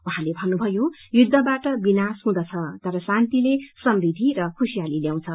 उाहाँले भन्नुभयो युद्धबाट विनाश हुँदछ तर शान्तिले समृद्धि र खुशियाली ल्याउँछ